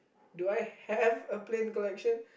do I have a plane collection